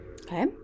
Okay